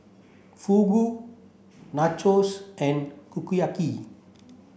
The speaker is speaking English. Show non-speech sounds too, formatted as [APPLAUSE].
Fugu Nachos and [UNINTELLIGIBLE]